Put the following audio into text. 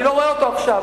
אני לא רואה אותו עכשיו.